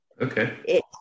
Okay